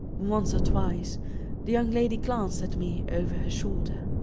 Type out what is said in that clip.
once or twice the young lady glanced at me over her shoulder.